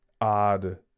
Odd